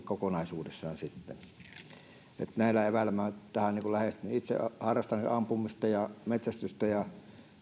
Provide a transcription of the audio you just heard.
kokonaisuudessaan eli näillä eväillä minä olen tätä lähestynyt itse harrastan ampumista ja metsästystä ja